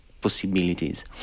possibilities